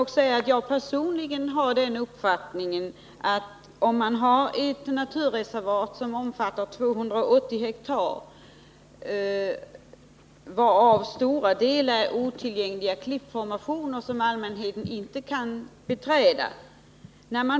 Herr talman! Naturreservatet omfattar 280 ha, varav stora delar utgörs av otillgängliga klippformationer som allmänheten inte kan beträda.